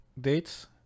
dates